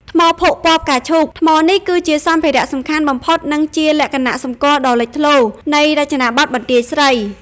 ថ្មភក់ពណ៌ផ្កាឈូក ថ្មនេះគឺជាសម្ភារៈសំខាន់បំផុត និងជា លក្ខណៈសម្គាល់ដ៏លេចធ្លោ នៃរចនាបថបន្ទាយស្រី។